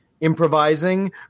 improvising